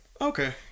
Okay